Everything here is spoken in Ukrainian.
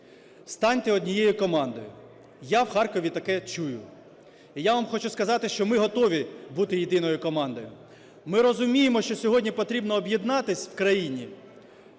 станьте однією командою. Я в Харкові таке чую. І я вам хочу сказати, що ми готові бути єдиною командою. Ми розуміємо, що сьогодні потрібно об’єднатись в країні